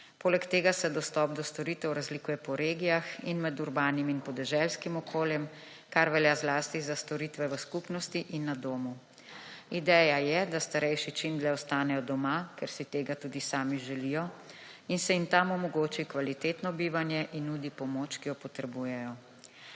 Poleg tega se dostop do storitev razlikuje po regijah in med urbanim in podeželskim okoljem, kar velja zlasti za storitve v skupnosti in na domu. Ideja je, da starejši čim dlje ostanejo doma, ker si tega tudi sami želijo in se jim tam omogoči kvalitetno bivanje in nudi pomoč, ki jo potrebujejo.